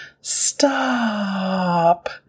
Stop